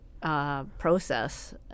Process